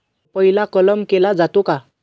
पपईला कलम केला जातो का?